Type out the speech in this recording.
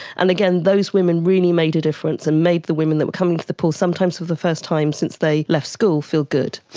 and again, those women really made a difference and made the women that were coming to the pool, sometimes for the first time since they left school, feel good.